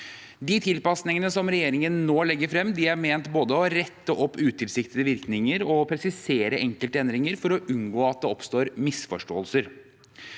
De tilpasningene som regjeringen nå legger frem, er ment både å rette opp utilsiktede virkninger og presisere enkelte endringer for å unngå at det oppstår misforståelser.